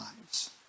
lives